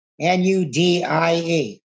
N-U-D-I-E